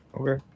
Okay